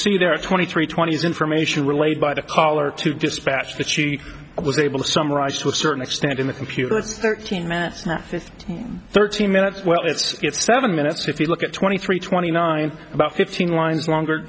see there are twenty three twenty is information relayed by the caller to dispatch that she was able to summarize to a certain extent in the computer it's thirteen minutes now thirteen minutes well it's seven minutes if you look at twenty three twenty nine about fifteen lines longer